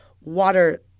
water